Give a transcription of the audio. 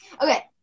Okay